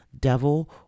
devil